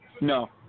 No